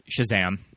Shazam